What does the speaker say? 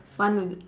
want to